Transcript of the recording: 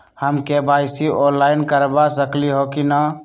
हम KYC online करवा सकली ह कि न?